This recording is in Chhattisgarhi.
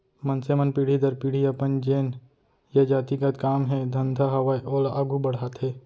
मनसे मन पीढ़ी दर पीढ़ी अपन जेन ये जाति गत काम हे धंधा हावय ओला आघू बड़हाथे